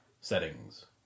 Settings